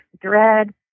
dread